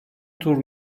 tur